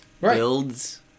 builds